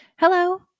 Hello